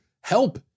help